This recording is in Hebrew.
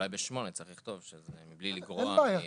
אולי ב-8 צריך לכתוב שזה מבלי לגרוע מ-1א.